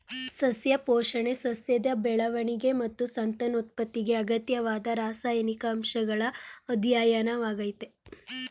ಸಸ್ಯ ಪೋಷಣೆ ಸಸ್ಯದ ಬೆಳವಣಿಗೆ ಮತ್ತು ಸಂತಾನೋತ್ಪತ್ತಿಗೆ ಅಗತ್ಯವಾದ ರಾಸಾಯನಿಕ ಅಂಶಗಳ ಅಧ್ಯಯನವಾಗಯ್ತೆ